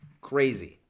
Crazy